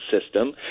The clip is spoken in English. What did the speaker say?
system